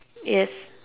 yes